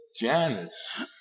janice